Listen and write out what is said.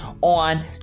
on